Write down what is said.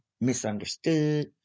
misunderstood